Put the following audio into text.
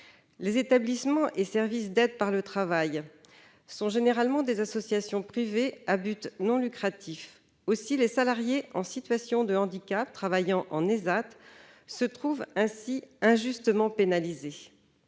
Les établissements et services d'aide par le travail (ÉSAT) sont généralement des associations privées à but non lucratif. Aussi, les salariés en situation de handicap travaillant en ÉSAT se trouvent ainsi injustement pénalisés.